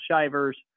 Shivers